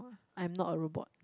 I'm not a robot